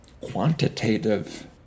quantitative